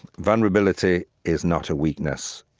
vulnerability is not a weakness,